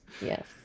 Yes